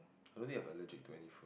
I don't think I am allergic to any